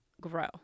grow